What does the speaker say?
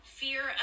fear